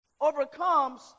overcomes